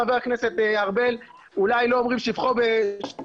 חבר הכנסת ארבל, אולי לא אומרים שבחו של אדם